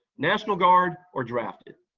national guard, or drafted.